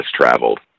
traveled